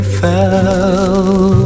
fell